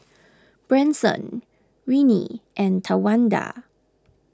Branson Ryne and Tawanda